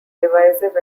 divisive